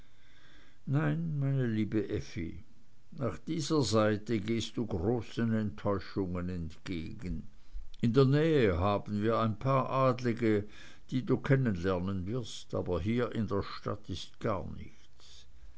nein meine liebe effi nach dieser seite hin gehst du großen enttäuschungen entgegen in der nähe haben wir ein paar adlige die du kennenlernen wirst aber hier in der stadt ist gar nichts